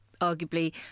arguably